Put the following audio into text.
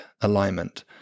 alignment